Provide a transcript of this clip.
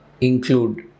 include